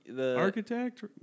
Architect